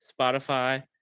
Spotify